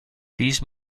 these